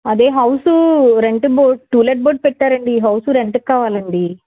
అదే house rent board to let board పెట్టారండి house రెంటుకు కావాలండి